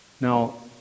Now